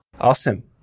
Awesome